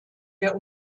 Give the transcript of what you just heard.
der